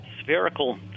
spherical